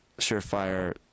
surefire